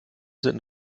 sind